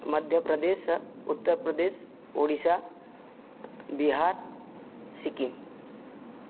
मध्यप्रदेशः उत्तरप्रदेशः उडिशा बिहार् सिकिम्